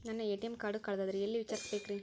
ನನ್ನ ATM card ಕಳದದ್ರಿ ಎಲ್ಲಿ ವಿಚಾರಿಸ್ಬೇಕ್ರಿ?